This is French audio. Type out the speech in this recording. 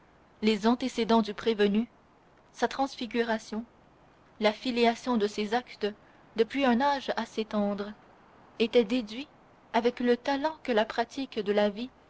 les antécédents du prévenu sa transfiguration la filiation de ses actes depuis un âge assez tendre étaient déduits avec le talent que la pratique de la vie